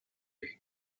league